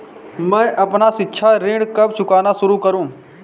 मैं अपना शिक्षा ऋण कब चुकाना शुरू करूँ?